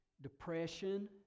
depression